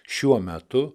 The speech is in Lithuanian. šiuo metu